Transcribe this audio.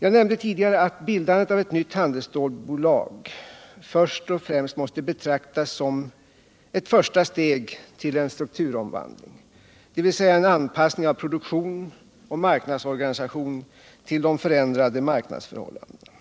Jag nämnde tidigare att bildandet av ett nytt handelsstålsbolag först och främst måste betraktas som ett första steg till en strukturomvandling, dvs. en anpassning av produktion och marknadsorganisation till de förändrade marknadsförhållandena.